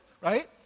Right